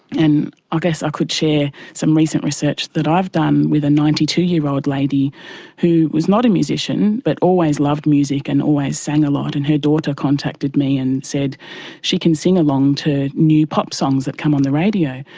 and i ah guess i could share some recent research that i've done with a ninety two year old lady who was not a musician but always loved music and always sang a lot, and her daughter contacted me and said she can sing along to new pop songs that come on the radio.